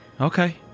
Okay